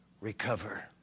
recover